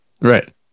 right